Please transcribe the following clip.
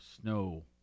snow